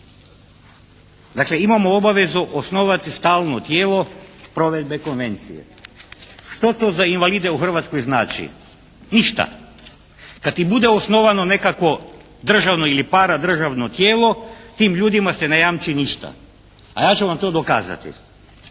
Dakle imamo obavezu osnovati stalno tijelo provedbe Konvencije. Što to za invalide u Hrvatskoj znači? Ništa. Kad i bude osnovano nekakvo državno ili paradržavno tijelo tim ljudima se ne jamči ništa. A ja ću vam to dokazati.